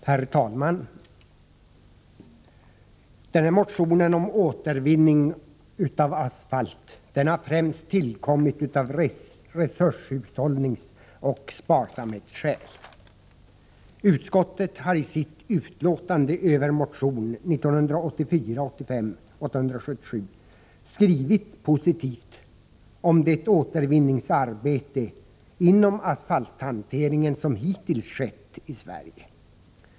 Herr talman! Motionen om återvinning av asfalt har främst tillkommit av resurshushållningsoch sparsamhetsskäl. Utskottet har i sitt utlåtande över motion 1984/85:877 skrivit positivt om det återvinningsarbete inom asfalthanteringen som hittills har skett i Sverige.